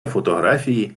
фотографії